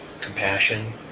compassion